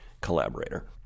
collaborator